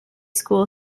school